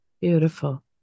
Beautiful